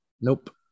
Nope